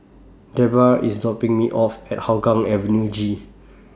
Debra IS dropping Me off At Hougang Avenue G